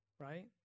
Right